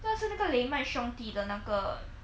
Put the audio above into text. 但是那个雷曼兄弟的那个